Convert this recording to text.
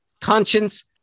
conscience